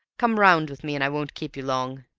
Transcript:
come round with me, and i won't keep you long.